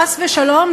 חס ושלום,